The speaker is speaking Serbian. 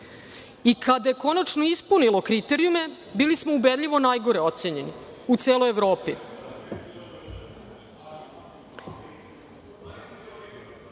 Kada je konačno ispunilo kriterijume, bili smo ubedljivo najgore ocenjeni u celoj Evropi. Dakle,